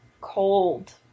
cold